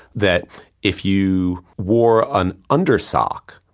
that if you wore an under sock,